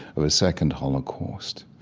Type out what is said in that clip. of a second holocaust.